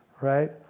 right